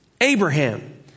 Abraham